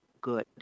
good